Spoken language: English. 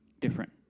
different